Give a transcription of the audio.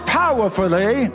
powerfully